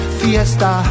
fiesta